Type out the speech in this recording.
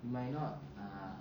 it might not uh